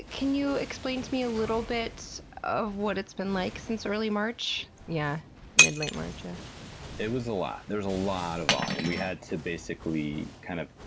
can you explain to me a little bit of what it's been like since early march? yeah mid, late march? ah it was a lot. there was a lot of volume. we had to basically, kind of